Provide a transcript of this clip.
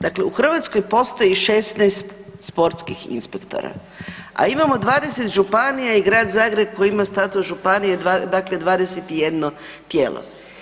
Dakle, u Hrvatskoj postoji 16 sportskih inspektora, a imamo 20 županija i Grad Zagreb koji ima status županije, dakle 21 tijelo.